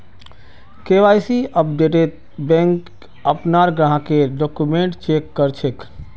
KYC अपडेटत bank अपनार ग्राहकेर डॉक्यूमेंट चेक कर छेक